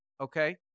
okay